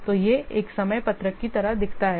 तो यह एक समय पत्रक की तरह दिखता है